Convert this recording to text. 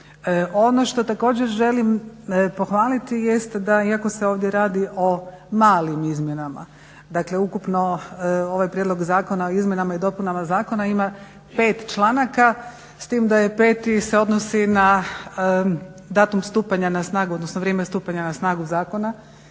Ono što također želim pohvaliti jest da iako se ovdje radi o malim izmjenama, dakle, ukupno ovaj Prijedlog zakona o izmjenama i dopunama Zakona ima pet članaka s time da je 5. se odnosi na datum stupanja na snagu, odnosno vrijeme od stupanja na snagu zakona